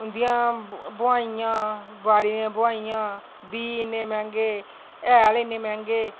उं'दियां बुहाइयां बाड़ी दी बुहाइयां बीऽ इन्ने मैह्ंगे हैल इन्ने मैंह्गे